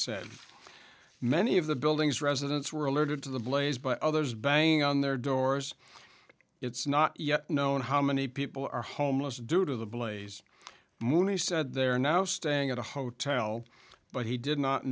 said many of the buildings residents were alerted to the blaze but others banging on their doors it's not yet known how many people are homeless due to the blaze mooney said there are now staying at a hotel but he did not